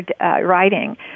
writing